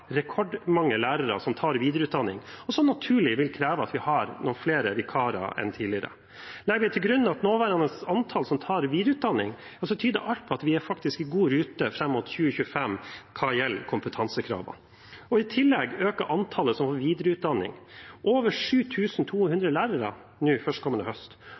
noen flere vikarer enn tidligere. Legger vi til grunn det nåværende antall som tar videreutdanning, tyder alt på at vi faktisk er i god rute fram mot 2025 hva gjelder kompetansekravene. I tillegg øker antallet som får videreutdanning – over 7 200 lærere førstkommende høst